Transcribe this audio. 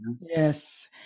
Yes